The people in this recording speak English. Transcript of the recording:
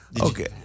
Okay